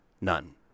None